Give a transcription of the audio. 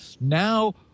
Now